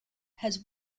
has